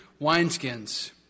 wineskins